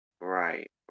Right